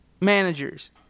Managers